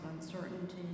uncertainty